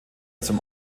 zum